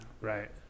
Right